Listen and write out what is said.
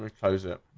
i'm opposed it.